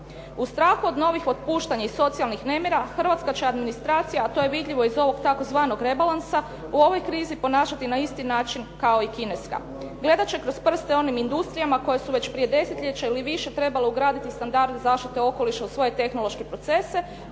U strahu od novih otpuštanja i socijalnih nemira hrvatska će administracija a to je vidljivo iz ovog tzv. rebalansa u ovoj krizi ponašati se na isti način kao i kineska. Gledat će kroz prste onim industrijama koje su već prije desetljeća ili više trebale ugraditi standarde zaštite okoliša u svoje tehnološke procese